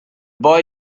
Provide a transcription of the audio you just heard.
boy